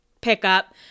pickup